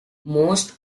most